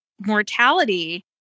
mortality